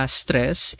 stress